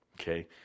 Okay